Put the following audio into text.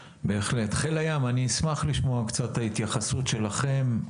חיל הים, אני אשמח לשמוע את ההתייחסות שלכם.